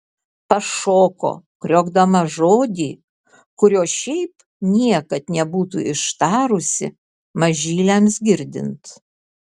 pašoko kriokdama žodį kurio šiaip niekad nebūtų ištarusi mažyliams girdint